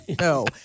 no